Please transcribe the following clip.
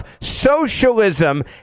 socialism